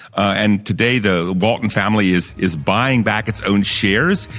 and today, the walton family is is buying back its own shares?